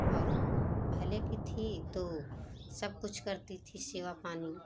और पहले की थी तो सब कुछ करती थी सेवा पानी